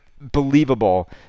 believable